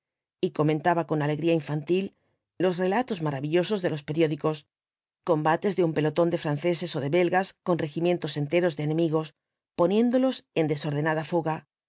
y comentaba con alegría infantil los relatos maravillosos de los periódicos combates de un pelotón de franceses ó de belgas con regimientos enteros de enemigos poniéndolos en desordenada fuga